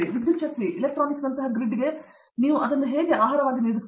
ವಿದ್ಯುಚ್ಛಕ್ತಿ ಎಲೆಕ್ಟ್ರಾನಿಕ್ಸ್ನಂತಹ ಗ್ರಿಡ್ಗೆ ನೀವು ಅದನ್ನು ಹೇಗೆ ಆಹಾರ ನೀಡುತ್ತೀರಿ